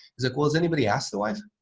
like well, has anybody asked the wife?